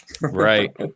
right